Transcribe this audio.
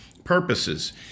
purposes